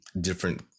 different